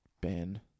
Ben